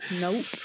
nope